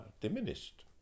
diminished